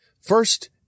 First